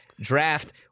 draft